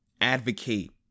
advocate